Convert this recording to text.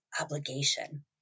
obligation